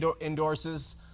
endorses